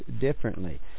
differently